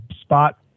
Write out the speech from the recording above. spot